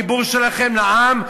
בדיבור שלכם לעם,